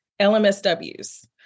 LMSWs